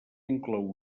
inclou